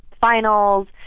finals